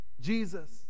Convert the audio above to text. Jesus